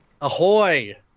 Ahoy